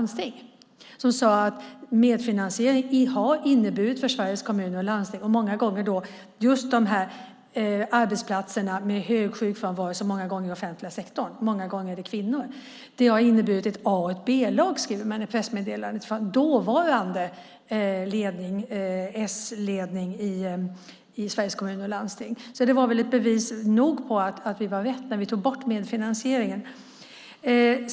De sade att medfinansieringen för Sveriges Kommuner och Landsting, som många gånger har just de här arbetsplatserna med hög sjukfrånvaro i offentlig sektor och där det många gånger handlar om kvinnor, har inneburit ett A och ett B-lag. Så skrev den dåvarande s-ledningen i Sveriges Kommuner och Landsting. Det var bevis nog på att vi gjorde rätt när vi tog bort medfinansieringen.